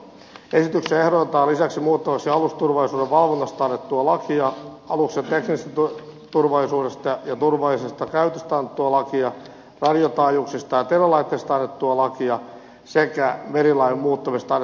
esityksessä ehdotetaan lisäksi muutettaviksi alusturvallisuuden valvonnasta annettua lakia aluksen teknisestä turvallisuudesta ja turvallisesta käytöstä annettua lakia radiotaajuuksista ja telelaitteista annettua lakia sekä merilain muuttamisesta annettua lakia